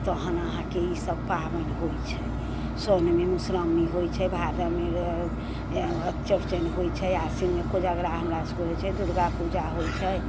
तहन अहाँके ई सब पाबनि होइ छै साओनमे मधुश्रावनी होइ छै भादवमे चौड़चन होइ छै आसिनमे कोजगरा हमरा सबके होइ छै दुर्गापूजा होइ छै